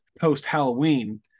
post-Halloween